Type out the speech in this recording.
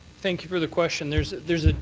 thank you for the question. there's there's ah